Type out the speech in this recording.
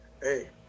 hey